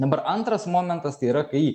dabar antras momentas tai yra kai